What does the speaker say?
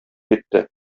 китте